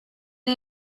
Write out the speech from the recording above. est